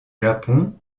japon